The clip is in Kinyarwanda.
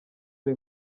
ari